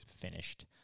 Finished